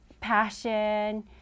passion